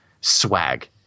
swag